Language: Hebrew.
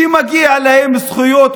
שמגיעות להם זכויות,